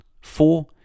Four